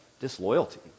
disloyalty